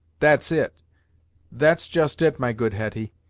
that's it that's just it, my good hetty.